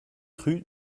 rue